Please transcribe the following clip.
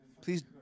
Please